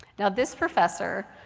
now, this professor,